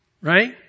right